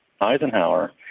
Eisenhower